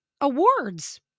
awards